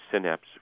synapse